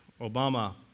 Obama